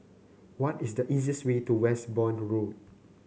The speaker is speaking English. what is the easiest way to Westbourne Road